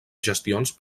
gestions